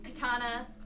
katana